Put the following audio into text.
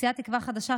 סיעת תקווה חדשה,